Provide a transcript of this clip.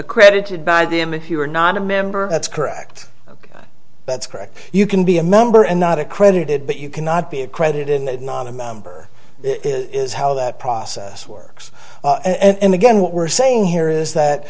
accredited by the m if you are not a member that's correct that's correct you can be a member and not accredited but you cannot be a credit in that is how that process works and again what we're saying here is that